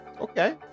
Okay